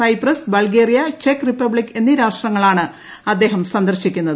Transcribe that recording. Cyprus Bulgaria ചെക്ക് Republic എന്നീ രാഷ്ട്രങ്ങളാണ് അദ്ദേഹം സന്ദർശിക്കുന്നത്